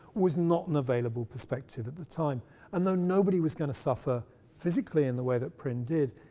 was not an available perspective at the time and though nobody was going to suffer physically in the way that prynne did,